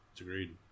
Agreed